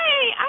hey